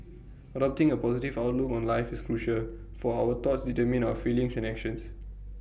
adopting A positive outlook on life is crucial for our thoughts determine our feelings and actions